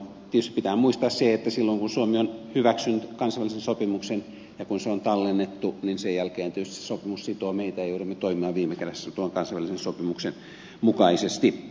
tietysti pitää muistaa se että silloin kun suomi on hyväksynyt kansainvälisen sopimuksen ja kun se on tallennettu niin sen jälkeen tietysti sopimus sitoo meitä ja joudumme toimimaan viime kädessä tuon kansainvälisen sopimuksen mukaisesti